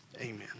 Amen